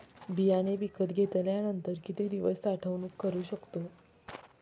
बियाणे विकत घेतल्यानंतर किती दिवस साठवणूक करू शकतो?